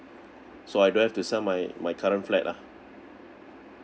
so I don't have to sell my my current flat ah